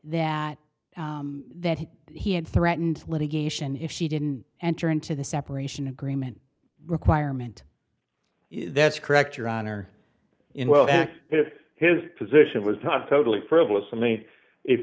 that that he had threatened litigation if he didn't enter into the separation agreement requirement that's correct your honor in welfare if his position was not totally frivolous i mean if